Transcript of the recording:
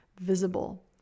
visible